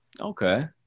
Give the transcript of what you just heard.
Okay